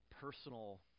personal